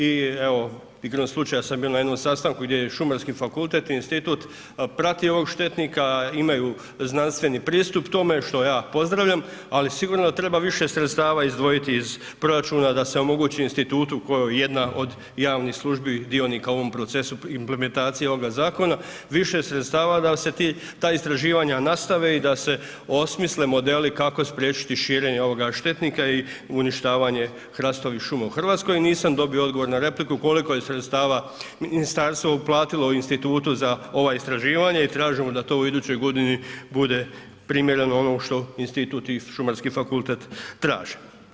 I evo igrom slučaja sam bio na jednom sastanku gdje je Šumarski fakultet i institut pratio ovog štetnika, imaju znanstveni pristup tome što ja pozdravljam ali sigurno da treba više sredstava izdvojiti iz proračuna da se omogući institutu koja je jedna od javnih službi dionika u ovom procesu, implementacija ovoga zakona više sredstava da se ta istraživanja nastave i da se osmisle modeli kako spriječiti širenje ovoga štetnika i uništavanje hrastovih šuma u Hrvatskoj, nisam dobio odgovor na repliku koliko je sredstava ministarstvo uplatilo institutu za ova istraživanja i tražimo da to u idućoj godini bude primjereno ono što institut i Šumarski fakultet traže.